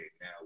now